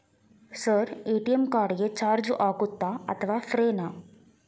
Sir ATM card ಗೆ charge ಆಗುತ್ತಾ ಅಥವಾ ಫ್ರೇ ನಾ?